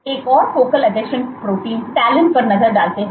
आइए एक और फोकल आसंजन प्रोटीन टैलिन पर नजर डालते हैं